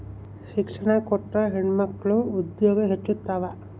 ಶಿಕ್ಷಣ ಕೊಟ್ರ ಹೆಣ್ಮಕ್ಳು ಉದ್ಯೋಗ ಹೆಚ್ಚುತಾವ